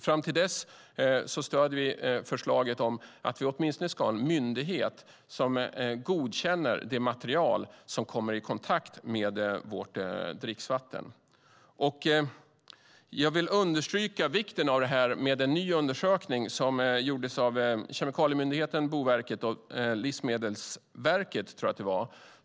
Fram till dess stöder vi förslaget att vi åtminstone ska ha en myndighet som godkänner det material som kommer i kontakt med vårt dricksvatten. Jag vill understryka vikten av detta genom att nämna en ny undersökning som gjordes av Kemikalieinspektionen, Boverket och Livsmedelsverket.